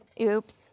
Oops